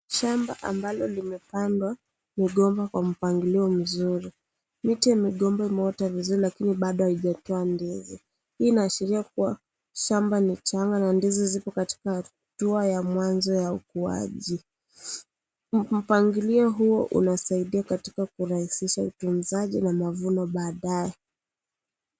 Shamba ambalo limepandwa mgomba kwa mpangilio mzuri. Miti ya migomba zimeota vizuri lakini bado haijatoa ndizi. Hii inashiria kuwa shamba ni changa na ndizi ziko katika hatua ya mwanzo ya ukuaji. Mpangilio huo unasaidia katika kurahisisha utunzaji na mavuno baadae.